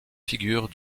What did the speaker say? figures